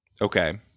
Okay